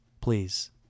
Please